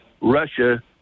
Russia